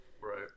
Right